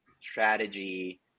strategy